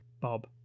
bob